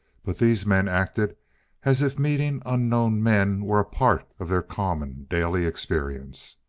but these men acted as if meeting unknown men were a part of their common, daily experience.